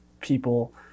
People